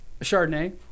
Chardonnay